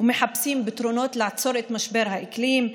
ומחפשים פתרונות לעצור את משבר האקלים,